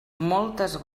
moltes